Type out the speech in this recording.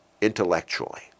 intellectually